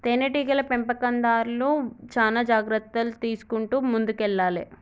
తేనె టీగల పెంపకందార్లు చానా జాగ్రత్తలు తీసుకుంటూ ముందుకెల్లాలే